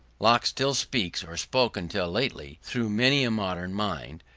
locke still speaks, or spoke until lately, through many a modern mind,